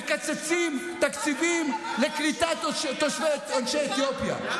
מקצצים תקציבים לקליטת יוצאי אתיופיה.